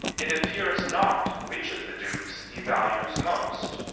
it appears not which of the dukes he values most,